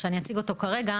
שאני אציג אותו כרגע,